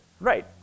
Right